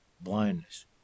Blindness